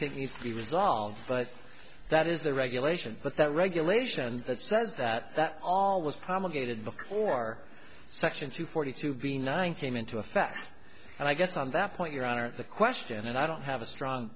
think needs to be resolved but that is the regulations but that regulations that says that all was promulgated before section two forty two benign came into effect and i guess on that point your honor the question and i don't have a strong